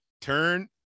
turn